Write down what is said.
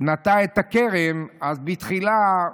נטע את הכרם, בתחילה,